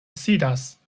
sidas